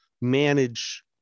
manage